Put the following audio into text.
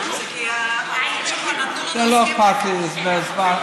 לא אכפת לי זמן.